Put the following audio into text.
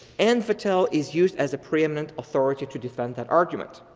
and vattel is used as a preeminent authority to defend that argument.